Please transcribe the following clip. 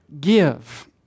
give